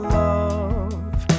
love